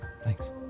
thanks